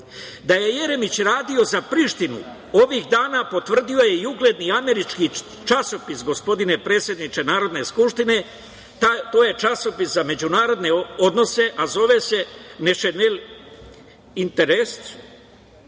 je Jeremić radio za Prištinu, ovih dana potvrdio je i ugledni američki časopis, gospodine predsedniče Narodne skupštine, a to je časopis za međunarodne odnose, zove se The National interest,